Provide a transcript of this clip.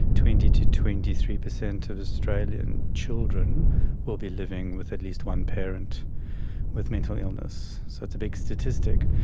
twenty percent to twenty three percent of australian children will be living with at least one parent with mental illness, so it's a big statistic.